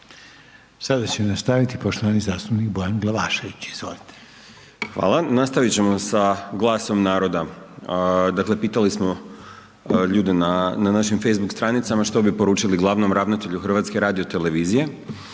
Sada će nastaviti poštovani zastupnik Bojan Glavašević. Izvolite. **Glavašević, Bojan (Nezavisni)** Hvala. Nastavit ćemo sa glasom naroda. Dakle, pitali smo ljude na našim facebook stranicama što bi poručili glavnom ravnatelju HRT-a, pa evo